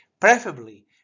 preferably